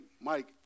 Mike